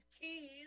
Keys